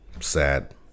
Sad